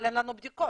אבל אין לנו בדיקות.